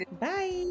Bye